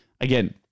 again